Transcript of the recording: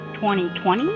2020